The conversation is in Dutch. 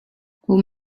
hoe